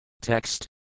Text